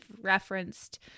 referenced